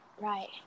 right